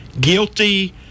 guilty